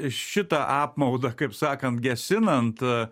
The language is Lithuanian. šitą apmaudą kaip sakant gesinant